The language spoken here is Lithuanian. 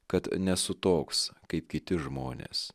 kad nesu toks kaip kiti žmonės